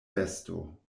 besto